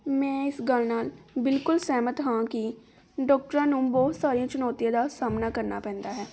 ਮੈਂ ਇਸ ਗੱਲ ਨਾਲ ਬਿਲਕੁਲ ਸਹਿਮਤ ਹਾਂ ਕਿ ਡਾਕਟਰਾਂ ਨੂੰ ਬਹੁਤ ਸਾਰੀਆਂ ਚੁਣੌਤੀਆਂ ਦਾ ਸਾਹਮਣਾ ਕਰਨਾ ਪੈਂਦਾ ਹੈ